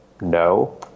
No